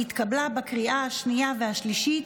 התקבלה בקריאה השנייה והשלישית,